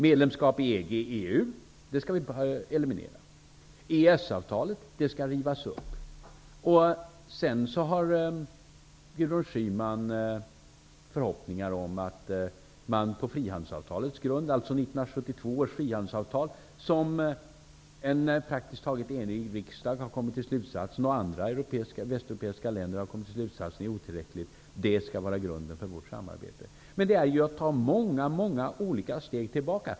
Medlemskap i EG och EU skall vi eliminera. EES-avtalet skall rivas upp. Sedan har Gudrun Schyman förhoppningar om att 1972 års frihandelsavtal skall vara grunden för vårt samarbete. En praktiskt taget enig riksdag i Sverige och andra västeuropeiska länder har kommit till slutsatsen att det avtalet är otillräckligt. Det är att ta flera steg tillbaka.